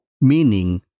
Meaning